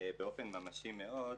באופן ממשי מאוד,